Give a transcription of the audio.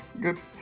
Good